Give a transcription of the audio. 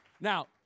Now